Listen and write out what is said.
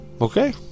Okay